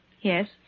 Yes